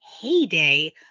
heyday